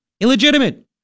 illegitimate